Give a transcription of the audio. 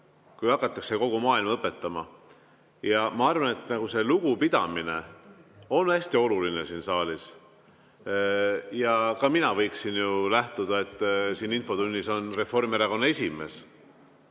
kui hakatakse kogu maailma õpetama. Ma arvan, et see lugupidamine on hästi oluline siin saalis. Ka mina võiksin ju lähtuda sellest, et siin infotunnis on Reformierakonna esimees.